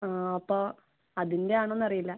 ആ അപ്പോൾ അതിൻ്റെ ആണോയെന്ന് അറിയില്ല